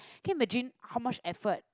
came a dream how much effort